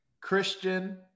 Christian